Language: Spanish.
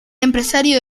empresario